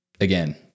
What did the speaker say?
again